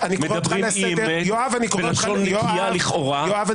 מדברים אי אמת בלשון נקייה לכאורה -- יואב,